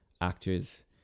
actors